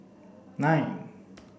nine